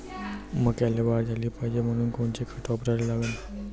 मक्याले वाढ झाली पाहिजे म्हनून कोनचे खतं वापराले लागन?